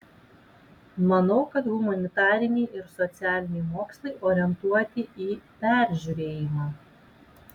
manau kad humanitariniai ir socialiniai mokslai orientuoti į peržiūrėjimą